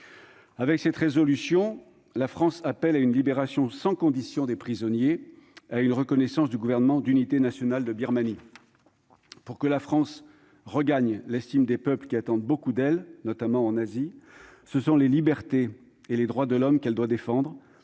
Avec cette résolution, la France appelle à la libération sans condition des prisonniers et à une reconnaissance du Gouvernement d'unité nationale de Birmanie. Pour que la France regagne l'estime des peuples qui attendent beaucoup d'elle, notamment en Asie, ce sont les libertés et les droits de l'homme qu'elle doit défendre